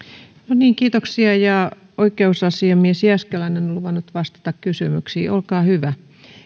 no niin kiitoksia oikeusasiamies jääskeläinen on luvannut vastata kysymyksiin olkaa hyvä